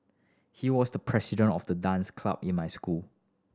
he was the president of the dance club in my school